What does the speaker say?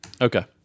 Okay